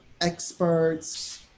experts